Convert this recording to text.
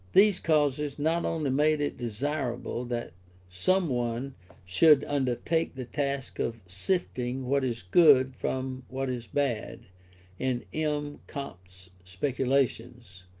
these causes not only made it desirable that some one should undertake the task of sifting what is good from what is bad in m. comte's speculations,